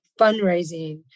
fundraising